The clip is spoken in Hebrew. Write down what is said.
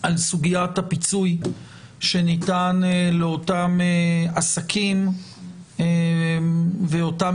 על סוגיית הפיצוי שניתן לאותם עסקים ואותם